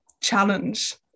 challenge